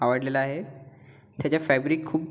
आवडलेला आहे त्याचा फॅब्रिक खूप